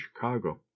Chicago